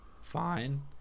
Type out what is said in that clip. fine